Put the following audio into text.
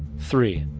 three.